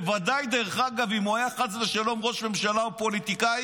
בוודאי אם הוא חס ושלום ראש ממשלה או פוליטיקאי,